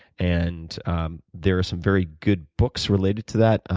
and there are some very good books related to that,